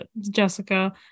jessica